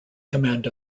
command